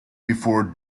before